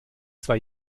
zwei